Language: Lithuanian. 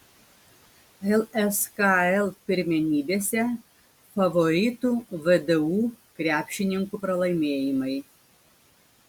lskl pirmenybėse favoritų vdu krepšininkų pralaimėjimai